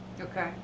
Okay